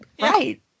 Right